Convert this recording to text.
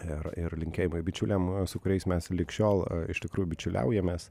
ir ir linkėjimai bičiuliam su kuriais mes lig šiol iš tikrųjų bičiuliaujamės